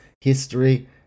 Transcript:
history